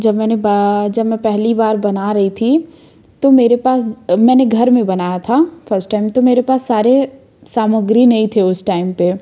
जब मैंने जब मैं पहली बार बना रही थी तो मेरे पास मैंने घर में बनाया था फर्स्ट टैम तो मेरे पास सारे सामग्री नहीं थे उस टाइम पे